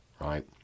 right